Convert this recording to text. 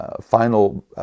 final